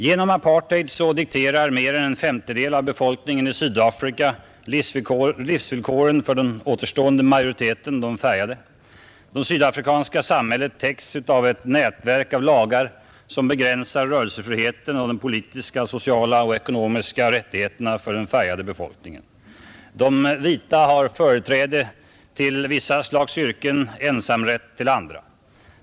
Genom apartheid dikterar mindre än en femtedel av befolkningen i Sydafrika livsvillkoren för den återstående majoriteten, de färgade. Det sydafrikanska samhället täcks av ett nätverk av lagar som begränsar rörelsefriheten och de politiska, sociala och ekonomiska rättigheterna för den färgade befolkningen. De vita har företräde till vissa slag av yrken, ensamrätt till andra.